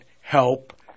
help